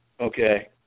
Okay